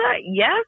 yes